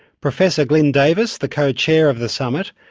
professor glyn davis, the co-chair of the summit,